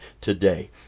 today